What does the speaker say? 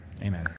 Amen